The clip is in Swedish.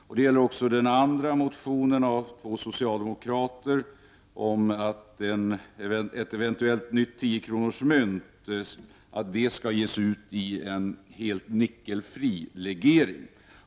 Detta gäller också den andra motionen av två socialdemokrater om att ett eventuellt nytt tiokronorsmynt skall ges ut i en helt nickelfri legering.